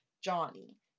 Johnny